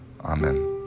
Amen